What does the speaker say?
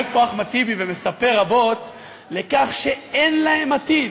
עומד פה אחמד טיבי ומספר רבות על כך שאין להם עתיד.